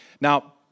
Now